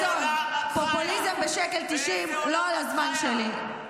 דוידסון, פופוליזם בשקל תשעים לא על הזמן שלי.